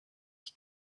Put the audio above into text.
ich